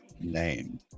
name